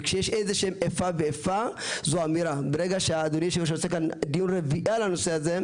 ופה אולי חלק חולקים עליי,